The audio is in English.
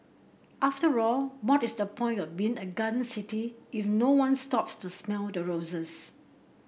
after all what is the point of being a garden city if no one stops to smell the roses